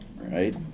Right